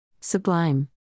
Sublime